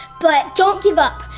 but don't give up!